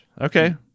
Okay